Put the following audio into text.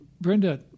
Brenda